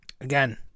Again